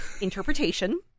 interpretation